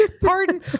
Pardon